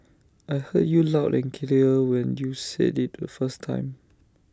I heard you loud and clear when you said IT the first time